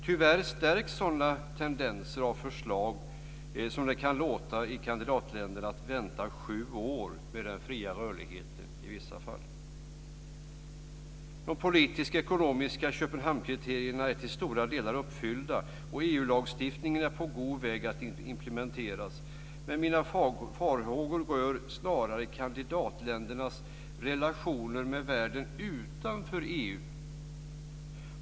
Tyvärr stärks sådana tendenser av förslag som kan låta kandidatländerna få vänta i sju år med den fria rörligheten i vissa fall. De politiska och ekonomiska Köpenhamnskriterierna är till stora delar redan uppfyllda, och EU-lagstiftningen är på god väg att implementeras. Men mina farhågor berör snarare kandidatländernas relationer med världen utanför EU.